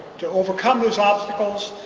to overcome those obstacles,